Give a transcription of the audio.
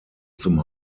zum